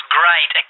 great